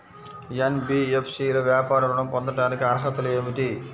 NBFC లో వ్యాపార ఋణం పొందటానికి అర్హతలు ఏమిటీ?